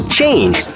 change